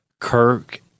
Kirk